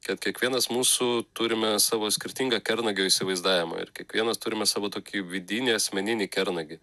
kad kiekvienas mūsų turime savo skirtingą kernagio įsivaizdavimą ir kiekvienas turime savo tokį vidinį asmeninį kernagį